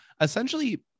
Essentially –